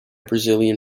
brazilian